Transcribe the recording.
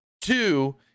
Two